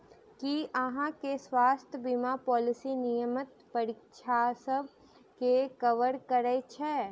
की अहाँ केँ स्वास्थ्य बीमा पॉलिसी नियमित परीक्षणसभ केँ कवर करे है?